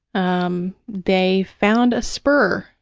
um they found a spur,